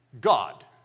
God